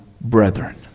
brethren